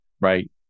right